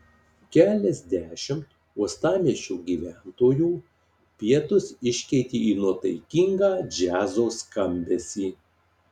keliasdešimt uostamiesčio gyventojų pietus iškeitė į nuotaikingą džiazo skambesį